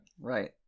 Right